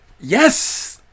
Yes